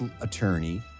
attorney